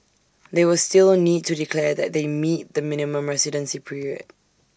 they will still need to declare that they meet the minimum residency period